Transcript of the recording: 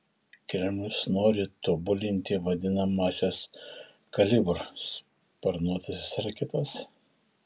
kremlius nori tobulinti vadinamąsias kalibr sparnuotąsias raketas